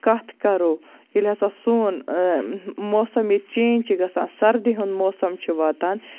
کَتھ کَرو ییٚلہِ ہسا سون موسم ییٚتہِ چینٛج چھُ گژھان سردی ہُنٛد موسم چھُ واتان